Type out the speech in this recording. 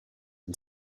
and